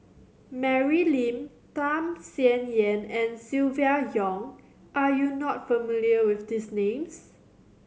Mary Lim Tham Sien Yen and Silvia Yong are you not familiar with these names